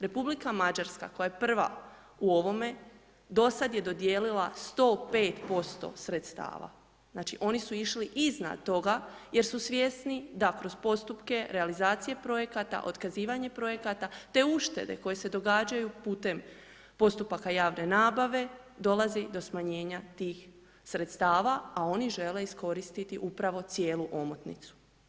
Republika Mađarska koja je prva u ovome, do sad je dodijelila 105% sredstava, znači oni su išli iznad toga jer su svjesni da kroz postupke realizacije projekata, otkazivanje projekata, te uštede koje se događaju putem postupaka javne nabave, dolazi do smanjenja tih sredstava, a oni žele iskoristiti upravo cijelu omotnicu.